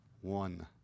One